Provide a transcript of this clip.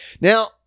Now